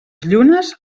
llunes